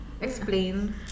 explain